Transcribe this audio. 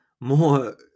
more